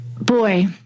boy